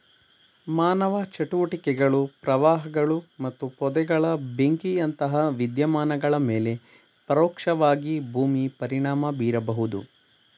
ಮಾನವ ಚಟುವಟಿಕೆಗಳು ಪ್ರವಾಹಗಳು ಮತ್ತು ಪೊದೆಗಳ ಬೆಂಕಿಯಂತಹ ವಿದ್ಯಮಾನಗಳ ಮೇಲೆ ಪರೋಕ್ಷವಾಗಿ ಭೂಮಿ ಪರಿಣಾಮ ಬೀರಬಹುದು